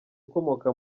ukomoka